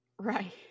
right